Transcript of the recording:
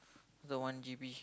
the one G_B